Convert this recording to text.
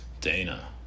Dana